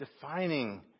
defining